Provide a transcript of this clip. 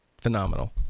phenomenal